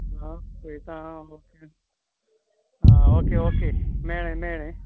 आं पयतां आ आं ओके ओके मेळ्ळें मेळ्ळें